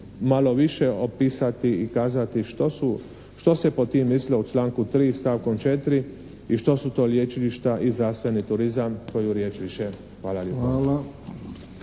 malo više opisati i kazati što se pod tim misli u članku 3. stavku 4. i što su to lječilišta i zdravstveni turizma, koju riječ više. Hvala lijepa.